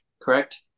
correct